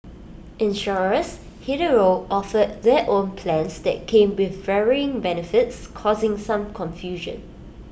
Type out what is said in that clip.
insurers hitherto offered their own plans that came with varying benefits causing some confusion